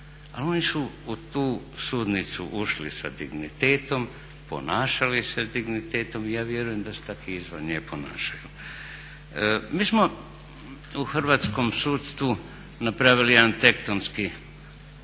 Ali oni su u tu sudnicu ušli sa dignitetom, ponašali se s dignitetom i ja vjerujem da se tako i izvan nje ponašaju. Mi smo u hrvatskom sudstvu napravili jedan tektonski,